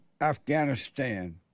Afghanistan